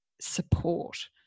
support